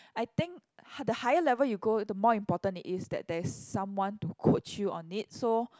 I think hi~ the higher level you go the more important it is that there is someone to coach you on it so